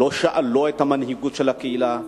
לא שאלו את המנהיגות של הקהילה,